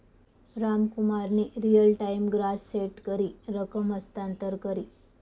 रामकुमारनी real time gross set करी रकम हस्तांतर करी